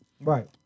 Right